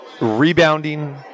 rebounding